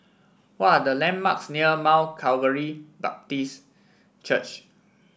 what are the landmarks near Mount Calvary Baptist Church